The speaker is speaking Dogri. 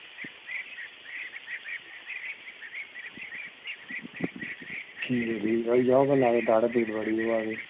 ठीक ऐ ठीक ऐ होई जाह्ग एह् दाढ़ा पीड़ बड़ी होआ दी